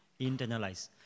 internalize